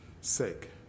sake